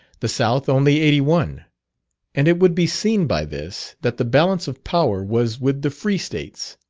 the south only eighty one and it would be seen by this, that the balance of power was with the free states.